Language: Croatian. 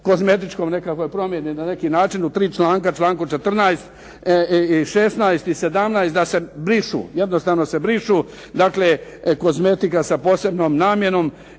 kozmetičkoj promjeni na neki način u tri članka. Članku 14. i 16. i 17. da se brišu, jednostavno se brišu. Dakle kozmetika sa posebnom namjenom